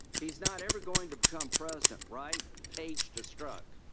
he is not ever going to become president, right? page to strzok.